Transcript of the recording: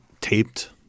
Taped